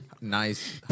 nice